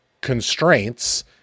constraints